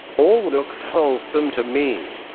all looks wholesome to me!